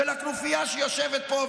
של הכנופיה שיושבת פה,